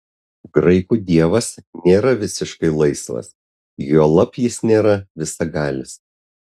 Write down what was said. graikų dievas nėra visiškai laisvas juolab jis nėra visagalis